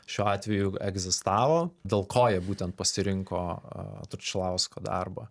šiuo atveju egzistavo dėl ko jie būtent pasirinko tručilausko darbą